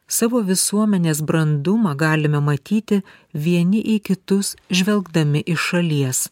savo visuomenės brandumą galime matyti vieni į kitus žvelgdami iš šalies